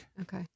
Okay